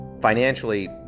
financially